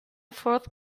fourth